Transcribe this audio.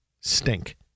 stink